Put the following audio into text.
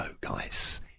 guys